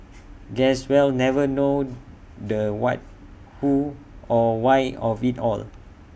guess we'll never know the what who or why of IT all